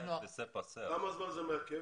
בכמה זמן זה מעכב?